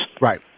Right